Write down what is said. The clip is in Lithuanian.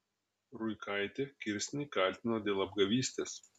ruikaitė kirsnį kaltino dėl apgavystės